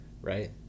right